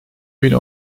bin